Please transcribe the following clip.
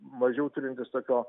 mažiau turintis tokio